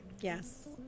yes